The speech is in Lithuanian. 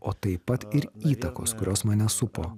o taip pat ir įtakos kurios mane supo